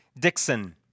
Dixon